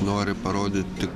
nori parodyt tik